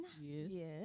yes